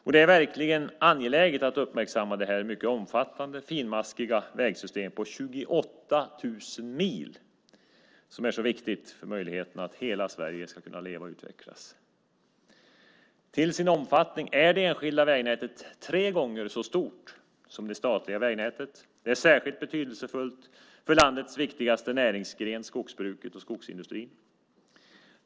Och det är verkligen angeläget att uppmärksamma detta mycket omfattande finmaskiga vägsystem på 28 000 mil som är så viktigt för att hela Sverige ska kunna leva och utvecklas. Till sin omfattning är det enskilda vägnätet tre gånger så stort som det statliga vägnätet. Det är särskilt betydelsefullt för landets viktigaste näringsgren, skogsbruket och skogsindustrin.